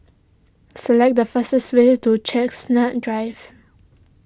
select the fastest way to Chestnut Drive